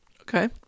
Okay